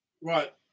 Right